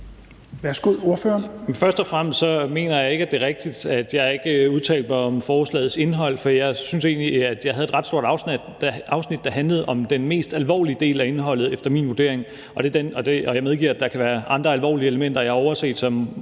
Først og fremmest mener jeg ikke, det er rigtigt, at jeg ikke udtalte mig om forslagets indhold, for jeg synes egentlig, jeg havde et ret stort afsnit, der handlede om den mest alvorlige del af indholdet efter min vurdering. Jeg medgiver, at der kan være andre alvorlige elementer, jeg har overset,